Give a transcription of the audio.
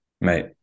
Mate